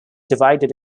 divided